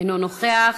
אינו נוכח,